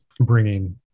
bringing